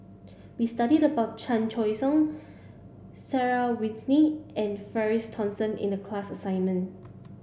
we studied about Chan Choy Siong Sarah Winstedt and Francis Thomas in the class assignment